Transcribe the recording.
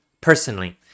personally